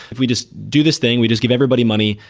if we just do this thing, we just give everybody money,